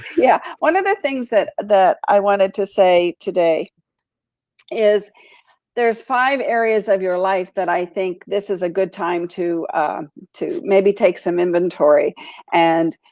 yeah. one of the things that i i wanted to say today is there's five areas of your life that i think this is a good time to to maybe take some inventory and